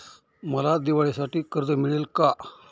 मला दिवाळीसाठी कर्ज मिळेल का?